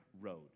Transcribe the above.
road